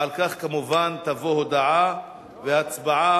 ועל כך, כמובן, תבוא הודעה והצבעה.